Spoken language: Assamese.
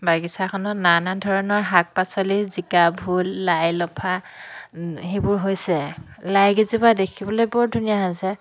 বাগিছাখনত নানা ধৰণৰ শাক পাচলি জিকা ভোল লাই লফা সেইবোৰ হৈছে লাইগিজোপা দেখিবলৈ বৰ ধুনীয়া হৈছে